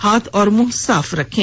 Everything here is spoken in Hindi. हाथ और मुंह साफ रखें